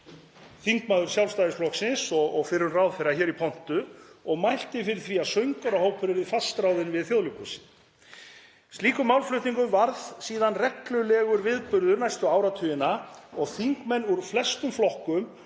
þingmaður Sjálfstæðisflokksins og fyrrum ráðherra, hér í pontu og mælti fyrir því að söngvarahópur yrði fastráðinn við Þjóðleikhúsið. Slíkur málflutningur varð síðan reglulegur viðburður næstu áratugina og þingmenn úr flestum flokkum